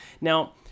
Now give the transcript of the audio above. Now